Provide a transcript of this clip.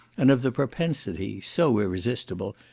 and of the propensity, so irresistible,